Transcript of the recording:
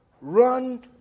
run